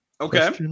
Okay